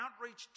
outreach